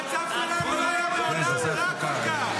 המצב שלנו לא היה מעולם רע כל כך.